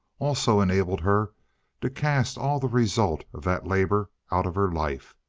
also enabled her to cast all the result of that labor out of her life.